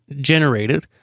generated